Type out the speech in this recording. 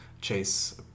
Chase